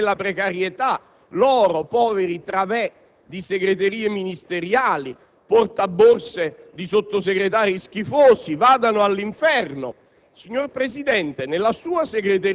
ed è giusto che muoiano nella precarietà: loro, poveri *travet* di segreterie ministeriali, portaborse di Sottosegretari schifosi, vadano all'inferno.